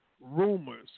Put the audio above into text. rumors